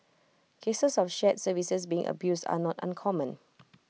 cases of shared services being abused are not uncommon